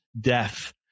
death